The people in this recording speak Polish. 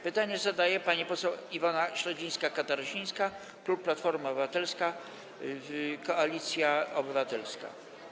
Pytanie zadaje pani poseł Iwona Śledzińska-Katarasińska, klub Platforma Obywatelska - Koalicja Obywatelska.